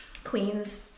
queens